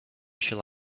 shall